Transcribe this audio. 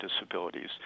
disabilities